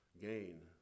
gain